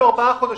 ארבעה חודשים.